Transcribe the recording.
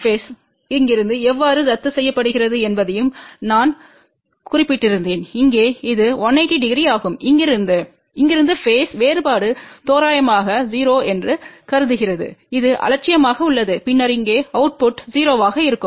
பேஸ்ம் இங்கிருந்து எவ்வாறு ரத்துசெய்யப்படுகிறது என்பதையும் நான் குறிப்பிட்டிருந்தேன் இங்கே இது 1800ஆகும் இங்கிருந்து இங்கிருந்து பேஸ் வேறுபாடு தோராயமாக 0 என்று கருதுகிறது இது அலட்சியமாக உள்ளது பின்னர் இங்கே அவுட்புட்டு 0 ஆக இருக்கும்